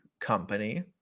company